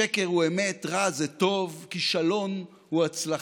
שקר הוא אמת, רע זה טוב, כישלון הוא הצלחה.